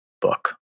book